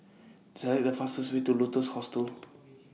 Select The fastest Way to Lotus Hostel